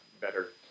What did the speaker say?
better